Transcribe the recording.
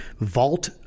vault